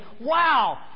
wow